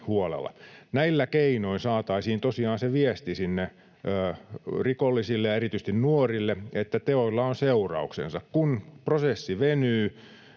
huolella. Näillä keinoin saataisiin tosiaan se viesti sinne rikollisille ja erityisesti nuorille, että teoilla on seurauksensa. Kun prosessi venyy,